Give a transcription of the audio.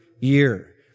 year